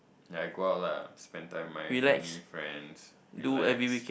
ya I go out lah spend time with my family friends relax